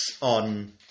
on